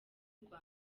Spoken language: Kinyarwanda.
rwa